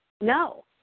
No